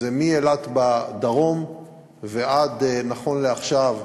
זה מאילת בדרום ועד, נכון לעכשיו,